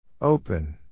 Open